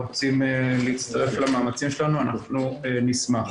הרוצים להצטרף למאמצים שלנו אנחנו נשמח.